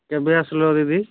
କେବେ ଆସିଲ ଦିଦି